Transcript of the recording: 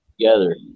together